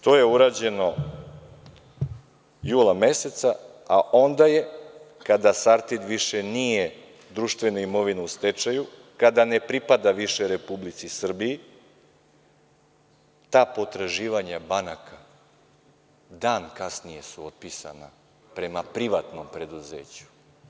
To je urađeno jula meseca, a onda je kada „Sartid“ više nije društvena imovina u stečaju, kada ne pripada više Republici Srbiji, ta potraživanja banaka, dan kasnije su otpisana prema privatnom preduzeću.